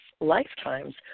lifetimes